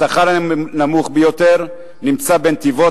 השכר הנמוך ביותר נמצא בנתיבות,